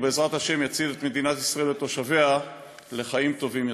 ובעזרת השם יביא את מדינת ישראל ואת תושביה לחיים טובים יותר.